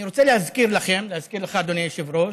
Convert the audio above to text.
אני רוצה להזכיר לכם, להזכיר לך, אדוני היושב-ראש,